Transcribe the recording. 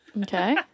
Okay